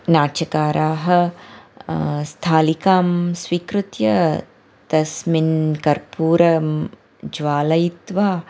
नाट्यकाराः स्थालिकां स्वीकृत्य तस्मिन् कर्पूरं ज्वालयित्वा